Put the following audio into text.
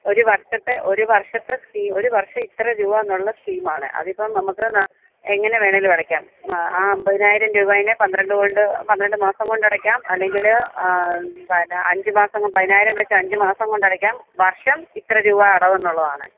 ഒരു വര്ഷത്തെ ഒരു വര്ഷത്തെ സ്കീമ് ഒരുവര്ഷം ഇത്ര രൂപ എന്നുള്ള സ്കീമാണ് അതിപ്പം നമുക്ക് എങ്ങനെ വേണേലും അടക്കാം ആ ആ അമ്പതിനായിരം രൂപാനെ പന്ത്രണ്ട് കൊണ്ട് പന്ത്രണ്ട് മാസം കൊണ്ട് അടയ്ക്കാം അല്ലെങ്കില് പല അഞ്ചു മാസവും പതിനായിരം വെച്ച് അഞ്ചുമാസം കൊണ്ടടയ്ക്കാം വര്ഷം ഇത്ര രൂപ അടവെന്നുള്ളതാണ്